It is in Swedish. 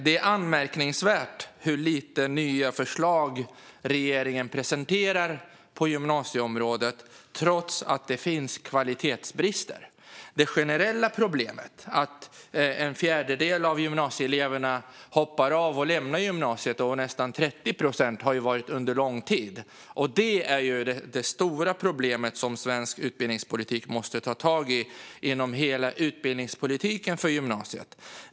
Det är anmärkningsvärt hur få nya förslag regeringen presenterar på gymnasieområdet trots att det finns kvalitetsbrister. Det generella problemet är att en fjärdedel av gymnasieeleverna hoppar av och lämnar gymnasiet; det har varit nästan 30 procent under lång tid. Det är det stora problemet som svensk utbildningspolitik måste ta tag i inom hela utbildningspolitiken för gymnasiet.